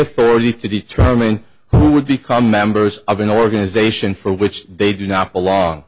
authority to determine who would become members of an organization for which they do not belong